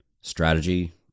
strategy